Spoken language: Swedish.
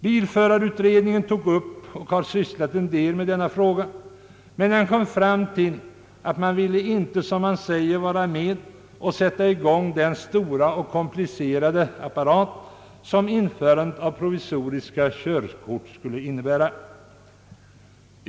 Bilförarutredningen arbetade en del med denna fråga, men den kom fram till att den, såsom den uttalar, inte vill bidra till att sätta i gång den stora och komplicerade apparat som införandet av provisoriska körkort skulle innehära.